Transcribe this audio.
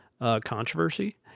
controversy